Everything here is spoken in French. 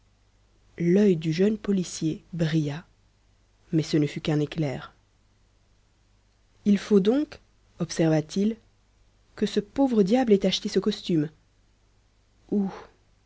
l'œil du jeune policier brilla mais ce ne fut qu'un éclair il faut donc observa-t-il que ce pauvre diable ait acheté ce costume où